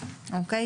או-קיי?